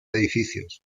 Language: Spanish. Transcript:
edificios